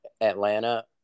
Atlanta